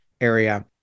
area